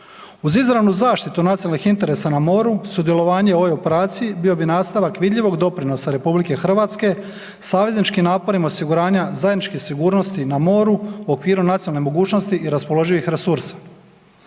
Uz izravnu zaštitu nacionalnih interesa na moru, sudjelovanje ove operacije, bio bi nastavak vidljivog doprinosa RH savezničkim naporima osiguranja zajedničke sigurnosti na moru u okviru nacionalne mogućnosti i raspoloživih resursa.